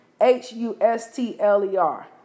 h-u-s-t-l-e-r